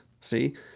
See